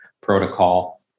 protocol